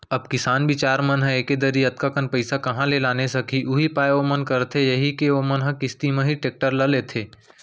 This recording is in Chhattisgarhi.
अब किसान बिचार मन ह एके दरी अतका कन पइसा काँहा ले लाने सकही उहीं पाय ओमन करथे यही के ओमन ह किस्ती म ही टेक्टर ल लेथे